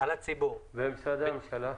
ומשרדי הממשלה?